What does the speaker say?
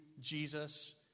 Jesus